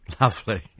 Lovely